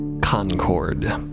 Concord